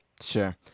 Sure